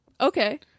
Okay